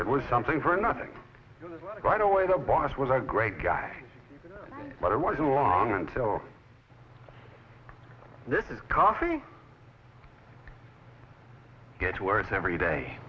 it was something for nothing right away the boss was a great guy but it wasn't long until coffee gets worse every day